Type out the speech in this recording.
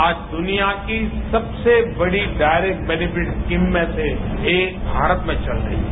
आज दुनिया की सबसे बढ़ी डायरेक्ट बेनीफिट स्कीम में से एक भारत में चल रही है